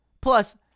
Plus